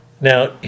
Now